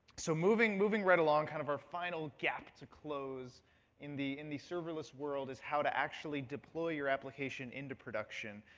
so moving moving along. kind of our final gap to close in the in the serverless world is how to actually deploy your application into production.